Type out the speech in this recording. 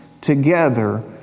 together